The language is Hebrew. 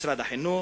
משרד החינוך,